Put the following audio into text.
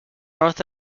north